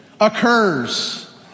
occurs